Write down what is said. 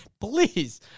please